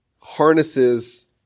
harnesses